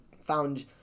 Found